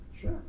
Sure